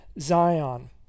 Zion